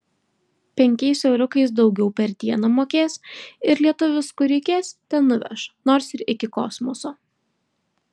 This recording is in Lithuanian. penkiais euriukais daugiau per dieną mokės ir lietuvis kur reikės ten nuveš nors ir iki kosmoso